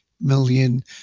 million